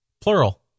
Plural